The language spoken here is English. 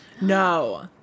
No